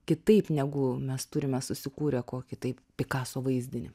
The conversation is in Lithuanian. kitaip negu mes turime susikūrę kokį tai pikaso vaizdinį